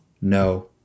No